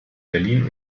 berlin